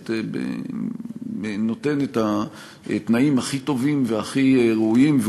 שבאמת נותן את התנאים הכי טובים והכי ראויים,